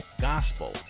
gospel